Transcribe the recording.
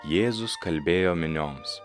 jėzus kalbėjo minioms